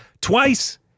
twice